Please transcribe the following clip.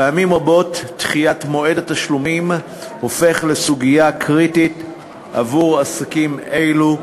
פעמים רבות דחיית מועד התשלומים הופכת לסוגיה קריטית עבור עסקים אלו,